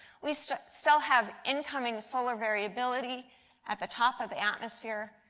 we still still have incoming solar variability at the top of the atmosphere,